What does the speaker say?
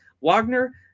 Wagner